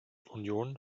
union